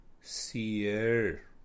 seer